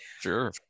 Sure